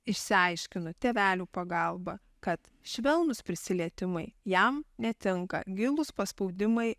išsiaiškinu tėvelių pagalba kad švelnūs prisilietimai jam netinka gilūs paspaudimai